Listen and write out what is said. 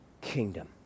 kingdom